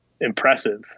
impressive